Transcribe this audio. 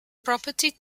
property